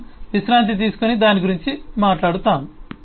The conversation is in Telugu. మనము విశ్రాంతి తీసుకొని దాని గురించి మాట్లాడుతాము